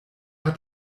hat